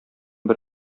бер